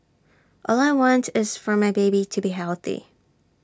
all I want is for my baby to be healthy